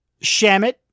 Shamit